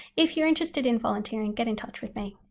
if you're interested in volunteering get in touch with me.